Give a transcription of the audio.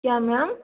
क्या मैम